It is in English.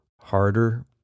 Harder